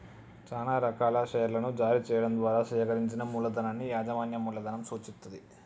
చానా రకాల షేర్లను జారీ చెయ్యడం ద్వారా సేకరించిన మూలధనాన్ని యాజమాన్య మూలధనం సూచిత్తది